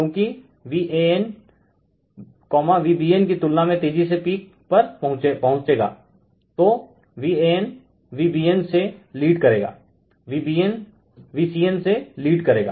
क्योकि VanVbn की तुलना में तेज़ी से पीक पर पहुचेगा तो VanVbnसे लीड करेगाVbnVcn से लीड करेगा